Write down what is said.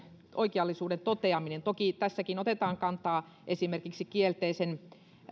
oikeellisuuden toteaminen toki tässä otetaan kantaa esimerkiksi